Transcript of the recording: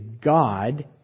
God